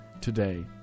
today